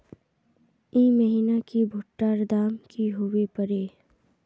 ई महीना की भुट्टा र दाम की होबे परे?